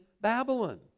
Babylon